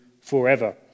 forever